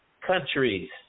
countries